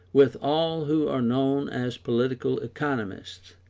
with all who are known as political economists,